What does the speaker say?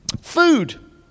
Food